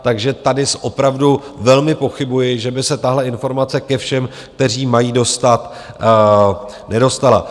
Takže tady opravdu velmi pochybuji, že by se tahle informace ke všem, kteří ji mají dostat, nedostala.